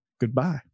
Goodbye